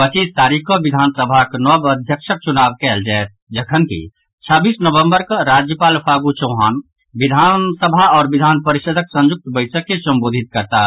पच्चीस तारीख कऽ विधानसभाक नव अध्यक्षक चुनाव कयल जायत जखनकि छब्बीस नवंबर कऽ राज्यपाल फागू चौहान विधानसभा आओर विधान परिषदक संयुक्त बैसक के संबोधित करताह